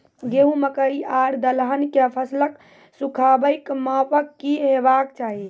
गेहूँ, मकई आर दलहन के फसलक सुखाबैक मापक की हेवाक चाही?